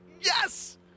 Yes